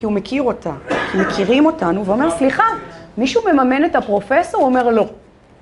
כי הוא מכיר אותה, כי מכירים אותנו, ואומר, סליחה, מישהו מממן את הפרופסור? הוא אומר לא.